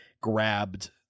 grabbed